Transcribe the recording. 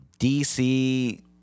DC